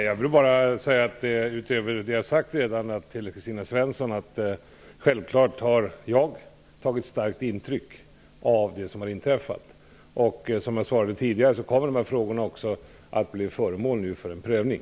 Herr talman! Utöver det jag redan sagt till Kristina Svensson vill jag bara säga att jag självfallet har tagit starkt intryck av det som inträffat. Dessa frågor kommer, som jag sade tidigare, att bli föremål för prövning.